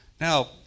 Now